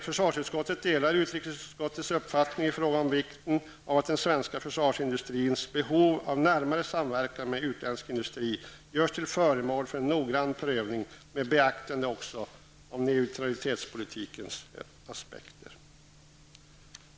Försvarsutskottet delar utrikesutskottets uppfattning om vikten av att den svenska försvarsindustrins behov av närmare samverkan med utländsk industri görs till föremål för en noggrann prövning med beaktande också av neutralitetspolitiska aspekter.